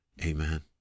Amen